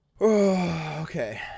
okay